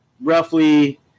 roughly